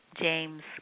James